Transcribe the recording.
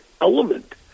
Element